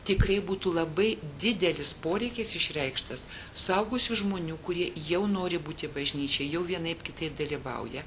tikrai būtų labai didelis poreikis išreikštas suaugusių žmonių kurie jau nori būti bažnyčioj jau vienaip kitaip dalyvauja